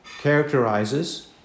characterizes